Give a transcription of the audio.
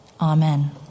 Amen